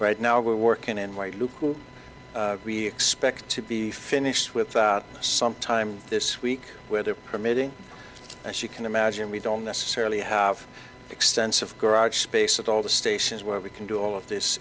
right now we're working in white look who we expect to be finished with sometime this week weather permitting as you can imagine we don't necessarily have extensive garage space at all the stations where we can do all of this